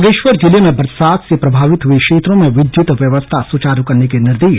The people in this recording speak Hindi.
बागे वर जिले में बरसात सेप्रभावित हुए क्षेत्रों में विद्युत व्यवस्था सुचारू करने के निर्दे